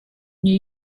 new